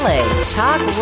Talk